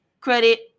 credit